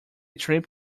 trip